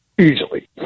Easily